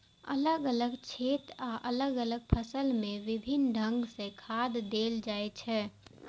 अलग अलग क्षेत्र आ अलग अलग फसल मे विभिन्न ढंग सं खाद देल जाइ छै